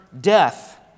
death